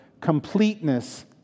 completeness